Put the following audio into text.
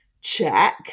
check